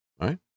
right